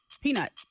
Peanut